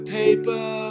paper